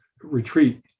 retreat